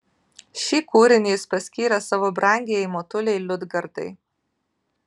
šį kūrinį jis paskyrė savo brangiajai motulei liudgardai